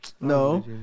No